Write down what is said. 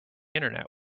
internet